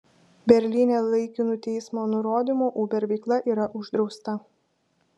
berlyne laikinu teismo nurodymu uber veikla yra uždrausta